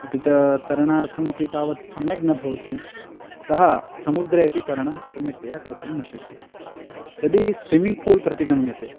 अपि च तरणार्थमपि तावत् सम्यक् न भवति अतः समुद्रे अपि तरणं सम्यक्तया कर्तुं न शक्यते यदि स्विमिङ्ग् पूल् प्रति गम्यते